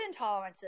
intolerances